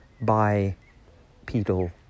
bipedal